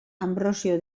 anbrosio